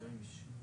מר רוזנר,